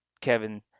Kevin